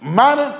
Man